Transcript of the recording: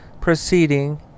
proceeding